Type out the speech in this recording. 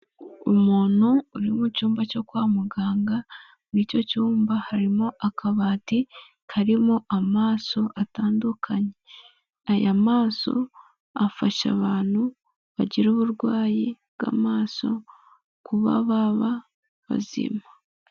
Umuntu uri mu cyumba cyo kwa muganga, muri icyo cyumba harimo akabati karimo amaso atandukanye, aya maso afasha abantu bagira uburwayi bw'amaso kuba baba bazima.